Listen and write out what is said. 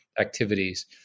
activities